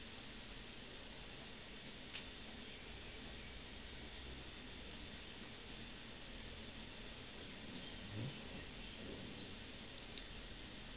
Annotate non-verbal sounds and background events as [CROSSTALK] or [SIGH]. mm [NOISE]